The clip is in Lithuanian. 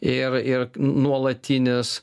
ir ir nuolatinis